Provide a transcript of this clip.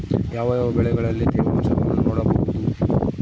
ಯಾವ ಯಾವ ಬೆಳೆಗಳಲ್ಲಿ ತೇವಾಂಶವನ್ನು ನೋಡಬಹುದು?